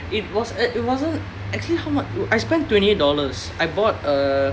it was ac~ it wasn't actually how much I spent twenty eight dollars I bought a